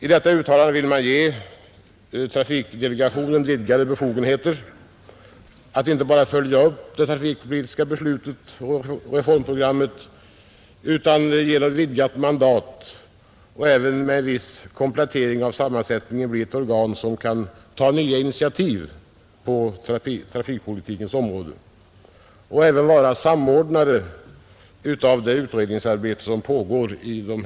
I detta uttalande vill man inte bara ge trafikdelegationen vidgade befogenheter att följa upp det trafikpolitiska beslutet och reformprogrammet utan även ge den vidgat mandat och komplettera dess sammansättning, så att den kan bli ett organ som kan ta nya initiativ på trafikpolitikens område och vara samordnare av det utredningsarbete som pågår.